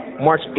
March